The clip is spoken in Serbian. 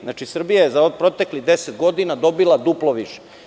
Znači, Srbija je za proteklih 10 godina dobila duplo više.